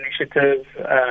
Initiative